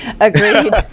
Agreed